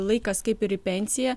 laikas kaip ir į pensiją